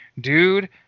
Dude